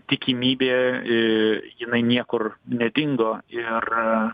tikimybė jinai niekur nedingo ir